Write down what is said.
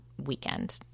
weekend